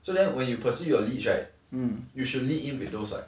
so then when you pursue your leads right you should lead in with those [what]